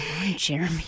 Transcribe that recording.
Jeremy